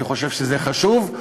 אני חושב שזה חשוב.